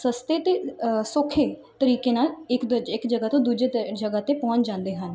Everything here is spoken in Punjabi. ਸਸਤੇ ਅਤੇ ਸੌਖੇ ਤਰੀਕੇ ਨਾਲ ਇੱਕ ਤੋਂ ਇੱਕ ਜਗ੍ਹਾ ਤੋਂ ਦੂਜੇ ਤ ਜਗ੍ਹਾ 'ਤੇ ਪਹੁੰਚ ਜਾਂਦੇ ਹਨ